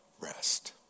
rest